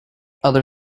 other